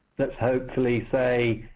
let's hopefully say,